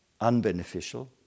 unbeneficial